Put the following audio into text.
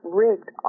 rigged